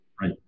Right